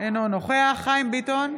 אינו נוכח חיים ביטון,